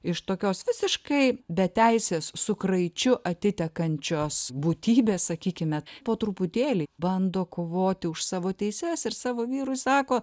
iš tokios visiškai beteisės su kraičiu atitekančios būtybės sakykime po truputėlį bando kovoti už savo teises ir savo vyrui sako